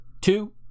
two